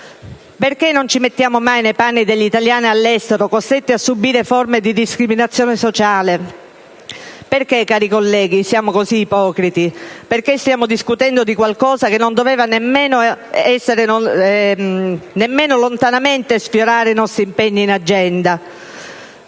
Perché non ci mettiamo mai nei panni degli italiani all'estero, costretti a subire forme di discriminazione sociale? Perché, cari colleghi, siamo così ipocriti? Perché stiamo discutendo di qualcosa che non doveva nemmeno lontanamente sfiorare i nostri impegni in agenda?